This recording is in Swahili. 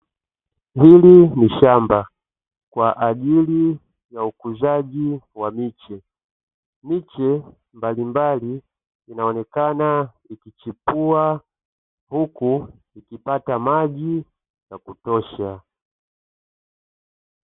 Hili ni shamba kwa ajili ya ukuzaji wa miche. Miche mbalimbali inaonekana ikichipua, huku ikipata maji ya kutosha.